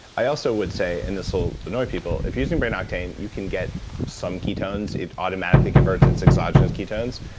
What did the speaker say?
i also would say, and this will annoy people. if using brain octane, you can get some ketones. it automatically converts its exogenous ketones.